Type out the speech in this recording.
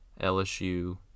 lsu